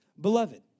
Beloved